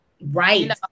Right